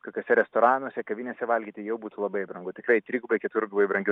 kokiuose restoranuose kavinėse valgyti jau būtų labai brangu tikrai trigubai keturgubai brangiau